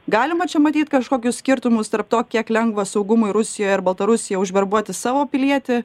galima čia matyt kažkokius skirtumus tarp to kiek lengva saugumui rusijoj ir baltarusijoj užverbuoti savo pilietį